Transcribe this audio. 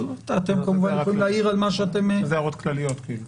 אבל אתם כמובן יכולים להעיר על מה שאתם --- זה הערות כלליות כאילו.